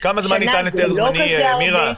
שנה זה לא כזה הרבה.